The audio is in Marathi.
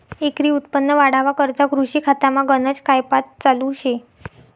एकरी उत्पन्न वाढावा करता कृषी खातामा गनज कायपात चालू शे